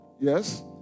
Yes